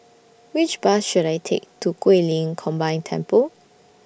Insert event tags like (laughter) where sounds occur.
Which Bus should I Take (noise) to Guilin Combined Temple